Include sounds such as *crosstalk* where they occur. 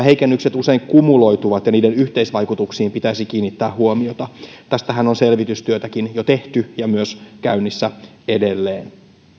*unintelligible* heikennykset usein kumuloituvat ja niiden yhteisvaikutuksiin pitäisi kiinnittää huomiota tästähän on selvitystyötäkin jo tehty ja on myös käynnissä edelleen